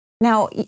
Now